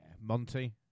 Monty